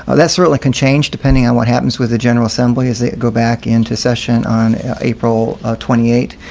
ah that's really can change depending on what happens with the general assembly as they go back into session on april twenty eight.